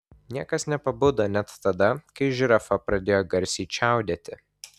niekas nepabudo net tada kai žirafa pradėjo garsiai čiaudėti